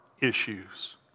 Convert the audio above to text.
issues